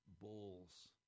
bowls